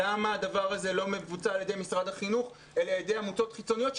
למה הדבר הזה לא מבוצע על ידי משרד החינוך אלא על ידי עמותות חיצוניות,